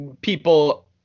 people